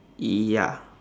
ya